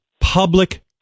public